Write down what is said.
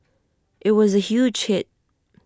IT was A huge hit